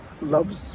loves